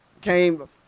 came